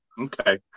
Okay